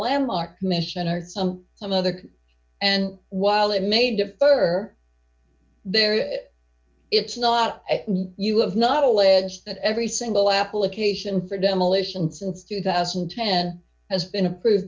landmark commission or some other and while it may defer there it's not you have not allege that every single application for demolition since two thousand and ten has been approved